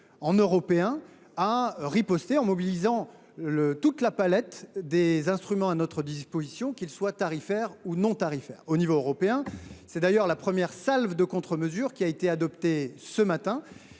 qu’Européens, à riposter en mobilisant toute la palette des instruments à notre disposition, qu’ils soient tarifaires ou non tarifaires. C’est du reste tout l’enjeu de la première salve de contre mesures qui ont été adoptées au